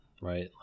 right